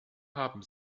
haben